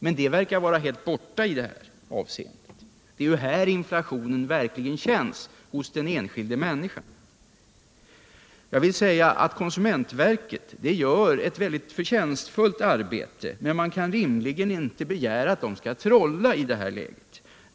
Men det verkar vara helt borta i det här avseendet. Det är ju här inflationen verkligen känns — hos den enskilda människan. Konsumentverket gör ett mycket förtjänstfullt arbete, men vi kan rimligen inte begära att man skall trolla i detta läge.